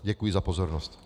Děkuji za pozornost.